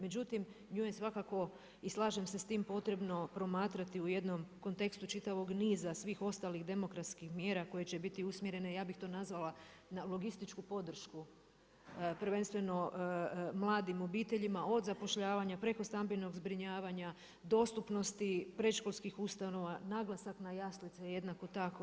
Međutim, nju je svakako i slažem se s tim potrebno promatrati u jednom kontekstu čitavog niza svih ostalih demografskih mjera koje će biti usmjerene ja bih to nazvala na logističku podršku prvenstveno mladim obiteljima od zapošljavanja preko stambenog zbrinjavanja, dostupnosti predškoskih ustanova, naglasak na jaslice jednako tako.